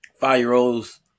Five-year-olds